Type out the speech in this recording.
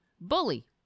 bully